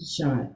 shot